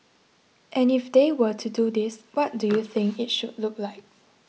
and if they were to do this what do you think it should look like